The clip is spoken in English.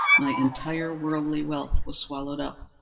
my entire worldly wealth was swallowed up,